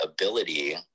ability